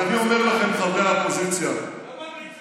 אז אני אומר לכם, חברי האופוזיציה, הסתה ושקרים.